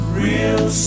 real